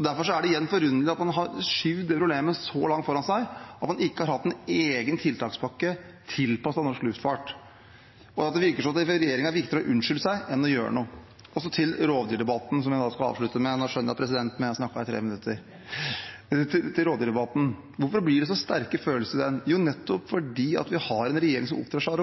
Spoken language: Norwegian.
Derfor er det igjen forunderlig at man har skjøvet det problemet så langt foran seg at man ikke har hatt en egen tiltakspakke tilpasset norsk luftfart. Det virker som at det for regjeringen er viktigere å unnskylde seg enn å gjøre noe. Til rovdyrdebatten, som jeg skal avslutte med – nå skjønner jeg at presidenten mener jeg har snakket i 3 minutter. Men til rovdyrdebatten: Hvorfor blir det så sterke følelser i den? Jo, nettopp fordi vi har en regjering som oppfører seg